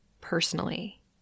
personally